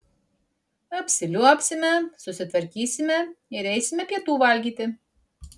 apsiliuobsime susitvarkysime ir eisime pietų valgyti